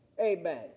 Amen